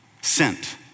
Sent